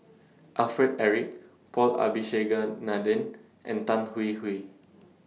Alfred Eric Paul Abisheganaden and Tan Hwee Hwee